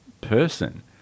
person